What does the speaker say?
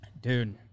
Dude